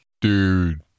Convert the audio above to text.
Dude